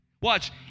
Watch